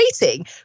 waiting